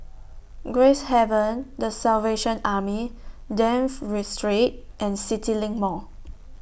Gracehaven The Salvation Army Dafne Street and CityLink Mall